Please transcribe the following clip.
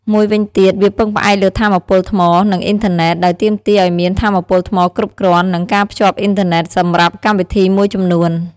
មួយវិញទៀត វាពឹងផ្អែកលើថាមពលថ្ម និងអ៊ីនធឺណេត ដោយទាមទារឱ្យមានថាមពលថ្មគ្រប់គ្រាន់ និងការភ្ជាប់អ៊ីនធឺណេត សម្រាប់កម្មវិធីមួយចំនួន។